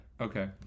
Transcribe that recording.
Okay